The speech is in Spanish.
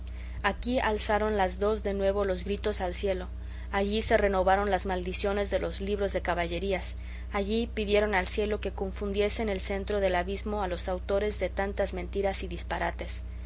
aquí alzaron las dos de nuevo los gritos al cielo allí se renovaron las maldiciones de los libros de caballerías allí pidieron al cielo que confundiese en el centro del abismo a los autores de tantas mentiras y disparates